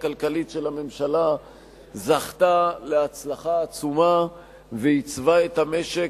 הכלכלית של הממשלה זכתה להצלחה עצומה ועיצבה את המשק